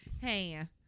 Hey